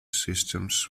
systems